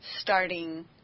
starting